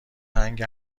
هنگ